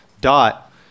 Dot